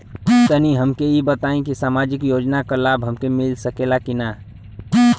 तनि हमके इ बताईं की सामाजिक योजना क लाभ हमके मिल सकेला की ना?